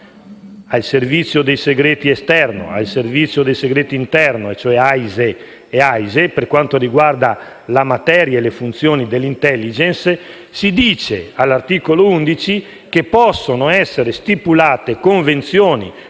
al servizio segreto esterno e al servizio segreto interno, cioè AISI e AISE, per quanto riguarda la materia e le funzioni dell'*intelligence*, si dice all'articolo 11 che possono essere stipulate convenzioni